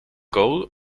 goal